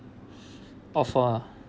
of a